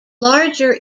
larger